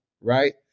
right